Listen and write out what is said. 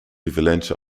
valentia